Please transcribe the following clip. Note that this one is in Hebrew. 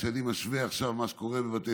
כשאני משווה עכשיו את מה שקורה בבתי